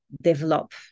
develop